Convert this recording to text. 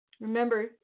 remember